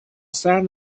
sand